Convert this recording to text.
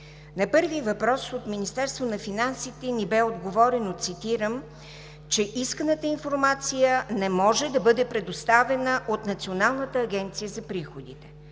На първия въпрос от Министерството на финансите ни бе отговорено, цитирам: „Исканата информация не може да бъде предоставена от Националната агенция за приходите“.